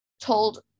told